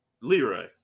Leroy